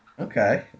Okay